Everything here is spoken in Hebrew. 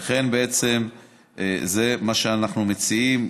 ובעצם זה מה שאנחנו מציעים.